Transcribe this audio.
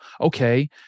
okay